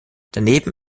daneben